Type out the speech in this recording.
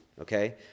okay